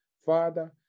Father